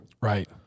Right